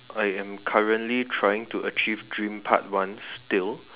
I am currently trying to achieve dream part one still